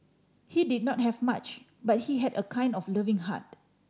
he did not have much but he had a kind of loving heart